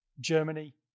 Germany